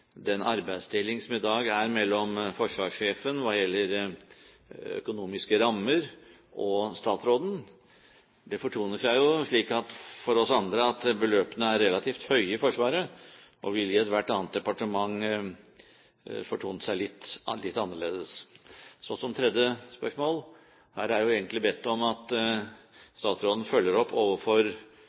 hva gjelder økonomiske rammer? Det fortoner seg slik for oss andre at beløpene er relativt høye i Forsvaret, og at det i ethvert annet departement ville fortont seg litt annerledes. Her har jeg egentlig bedt om at statsråden følger opp overfor